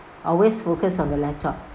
always focus on the laptop